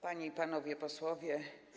Panie i Panowie Posłowie!